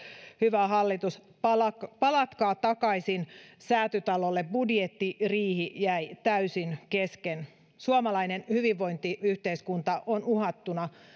hyvä hallitus palatkaa palatkaa takaisin säätytalolle sillä budjettiriihi jäi täysin kesken suomalainen hyvinvointiyhteiskunta on uhattuna